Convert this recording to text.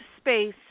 space